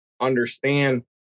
understand